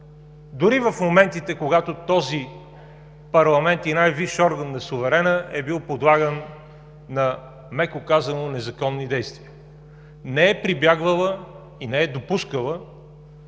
дори в моментите когато този парламент и най-висш орган на суверена е бил подлаган на – меко казано, незаконни действия, не е прибягвала и не е допускала